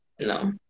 no